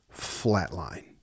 Flatline